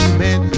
man